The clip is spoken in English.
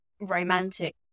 romantic